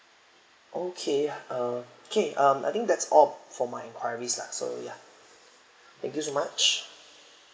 okay uh okay um I think that's all for my enquiries lah so ya thank you so much